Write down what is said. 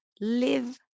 live